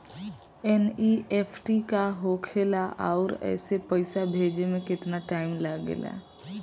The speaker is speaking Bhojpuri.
एन.ई.एफ.टी का होखे ला आउर एसे पैसा भेजे मे केतना टाइम लागेला?